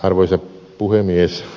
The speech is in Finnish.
arvoisa puhemies